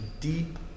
deep